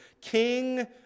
King